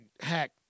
hack